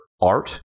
art